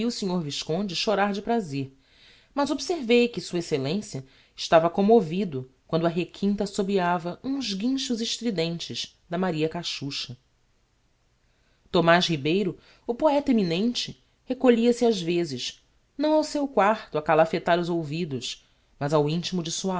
senhor visconde chorar de prazer mas observei que s exc a estava commovido quando a requinta assobiava uns guinchos estridentes da maria caxuxa thomaz ribeiro o poeta eminente recolhia-se ás vezes não ao seu quarto a calafetar os ouvidos mas ao intimo de sua